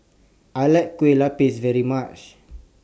I like Kue Lupis very much